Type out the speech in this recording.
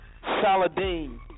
Saladin